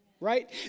right